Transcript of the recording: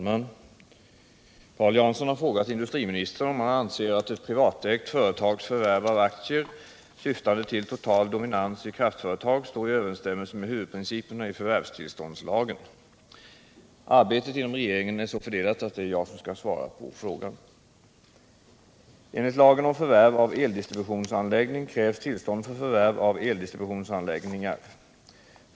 Herr talman! Paul Jansson har frågat industriministern om han anser att ett privatägt företags förvärv av aktier, syftande till total dominans i kraftföretag, står i överensstämmelse med huvudprinciperna i förvärvstillståndslagen. Arbetet inom regeringen är så fördelat att det är jag som skall svara på frågan. Enligt lagen om förvärv av eldistributionsanläggning krävs tillstånd för förvärv av eldistributionsanläggningar.